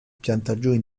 piantagioni